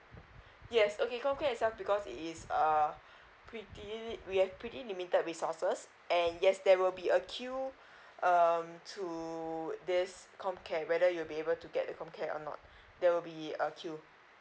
yes okay com care itself because it is pretty it we have pretty limited resources and yes there will be a queue um to this com care whether you will be able to get com care or not there will be a queue